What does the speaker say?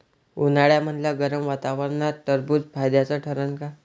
उन्हाळ्यामदल्या गरम वातावरनात टरबुज फायद्याचं ठरन का?